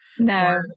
No